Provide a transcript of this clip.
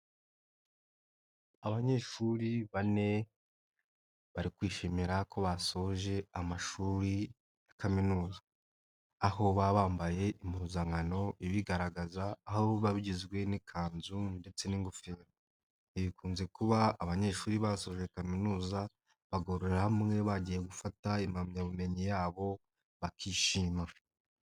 Abanyeshuri bane, bari kwishimira ko basoje amashuri ya kaminuza. Aho baba bambaye impuzankano ibigaragaza, aho biba bigizwe n'ikanzu ndetse n'ingofero. Ibi bikunze kuba abanyeshuri basoje kaminuza, bagahurira hamwe bagiye gufata impamyabumenyi yabo, bakishima.